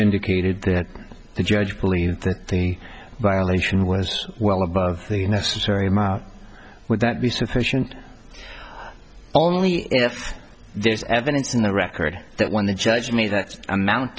indicated that the judge believed that the violation was well above the necessary amount would that be sufficient only if there's evidence in the record that when the judge me that amount